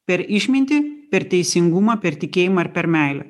per išmintį per teisingumą per tikėjimą ir per meilę